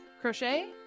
crochet